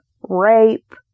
rape